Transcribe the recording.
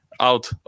out